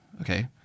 okay